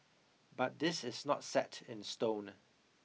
but this is not set in stone